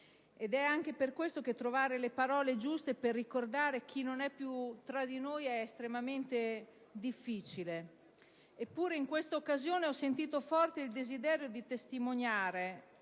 ed è anche per questo che trovare le parole giuste per ricordare chi non è più tra noi è estremamente difficile. Eppure in questa occasione ho sentito forte il desiderio di testimoniare,